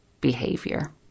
behavior